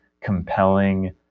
compelling